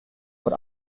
what